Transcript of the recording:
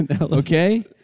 Okay